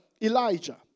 Elijah